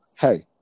Hey